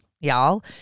y'all